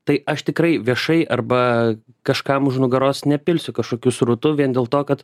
tai aš tikrai viešai arba kažkam už nugaros nepilsiu kažkokių srutų vien dėl to kad